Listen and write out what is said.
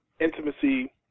intimacy